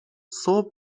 صبح